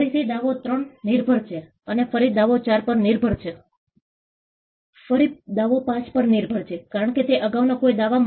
યોજના અમલીકરણ માત્ર એટલું જ નહીં કે તમે વાતચીત કરી રહ્યા હતા અને વાત કરી રહ્યા હતા પરંતુ અમે ફક્ત કેટલાક શક્ય પરિણામ જોઈએ છીએ